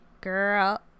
girl